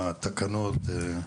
בתקנות.